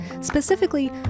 Specifically